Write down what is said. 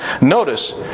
Notice